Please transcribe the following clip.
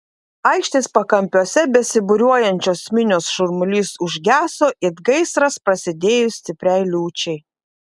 aikštės pakampiuose besibūriuojančios minios šurmulys užgeso it gaisras prasidėjus stipriai liūčiai